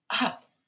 up